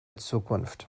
zukunft